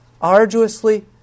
arduously